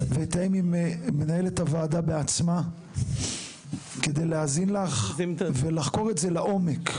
ויתאם עם מנהלת הוועדה בעצמה כדי להאזין לך ולחקור את זה לעומק.